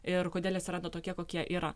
ir kodėl jie atsirado tokie kokie yra